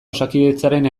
osakidetzaren